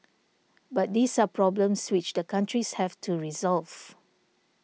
but these are problems which the countries have to resolve